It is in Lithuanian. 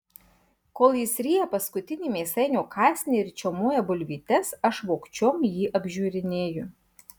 kol jis ryja paskutinį mėsainio kąsnį ir čiaumoja bulvytes aš vogčiom jį apžiūrinėju